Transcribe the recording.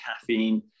caffeine